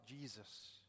Jesus